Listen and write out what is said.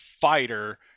fighter